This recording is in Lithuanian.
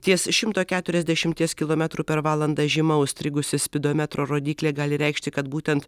ties šimto keturiasdešimties kilometrų per valandą žyma užstrigusi spidometro rodyklė gali reikšti kad būtent